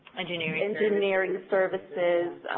engineering engineering services,